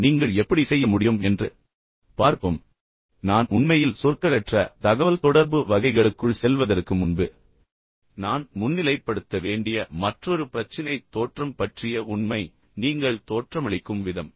எனவே நீங்கள் எப்படி செய்ய முடியும் என்று பார்ப்போம் நான் உண்மையில் சொற்களற்ற தகவல்தொடர்பு வகைகளுக்குள் செல்வதற்கு முன்பு நான் முன்னிலைப்படுத்த வேண்டிய மற்றொரு பிரச்சினை தோற்றம் பற்றிய உண்மை நீங்கள் தோற்றமளிக்கும் விதம்